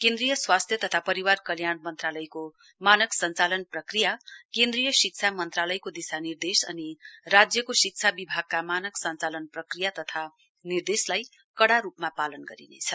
केन्द्रीय स्वास्थ्य तथा परिवार कल्याण मन्त्रालयको मानक सञ्चालन प्रक्रिया केन्द्रीय शिक्षा मन्त्रालयको दिशानिर्देश अनि राज्यको शिक्षा विभागका मानक सञ्चालन प्रक्रिया तथा निर्देशलाई कडा रुपमा पालन गरिनेछ